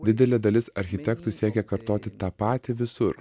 didelė dalis architektų siekė kartoti tą patį visur